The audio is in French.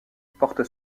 porte